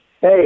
Hey